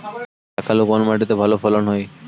শাকালু কোন মাটিতে ভালো ফলন হয়?